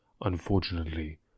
Unfortunately